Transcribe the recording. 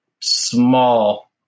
small